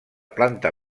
planta